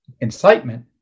incitement